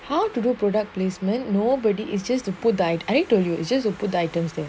how to go product placement nobody is just to put died I think told you it's just opened items there